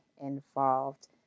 involved